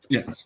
Yes